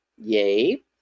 yay